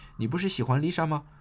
你不是喜欢Lisa吗